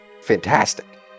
Fantastic